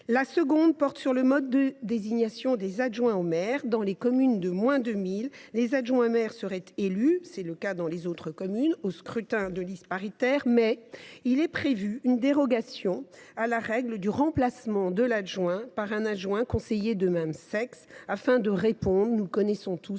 La seconde porte sur le mode de désignation des adjoints au maire. Dans les communes de moins de 1 000 habitants, les adjoints au maire seraient élus, comme c’est le cas dans les autres communes, au scrutin de liste paritaire. Toutefois, il est prévu une dérogation à la règle du remplacement de l’adjoint par un adjoint conseiller de même sexe, afin de répondre à la réalité de nos